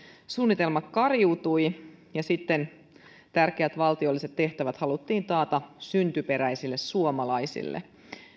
suunnitelma kariutui ja sitten tärkeät valtiolliset tehtävät haluttiin taata syntyperäisille suomalaisille